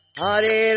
Hare